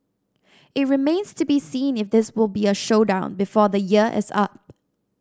it remains to be seen if this will be a showdown before the year is up